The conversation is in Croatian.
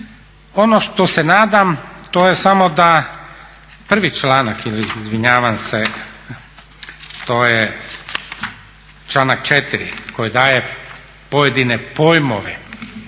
Ono što se nadam to je samo da prvi članak ili izvinjavam se to je članak 4.koji daje pojedine pojmove